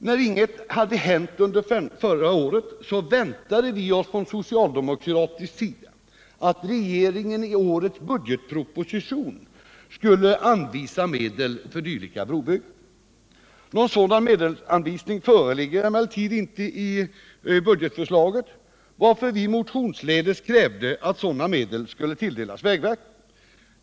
När inget hände under förra året, väntade vi oss från socialdemokratisk sida att regeringen i årets budgetproposition skulle anvisa medel för dylika brobyggen. Någon sådan medelsanvisning föreligger emellertid inte,i budgetförslaget, varför vi motionsledes krävde att sådana medel skulle tilldelas vägverket.